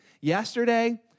yesterday